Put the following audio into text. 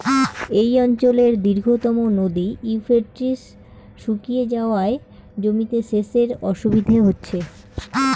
এই অঞ্চলের দীর্ঘতম নদী ইউফ্রেটিস শুকিয়ে যাওয়ায় জমিতে সেচের অসুবিধে হচ্ছে